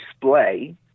display